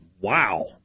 Wow